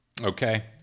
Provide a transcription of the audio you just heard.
Okay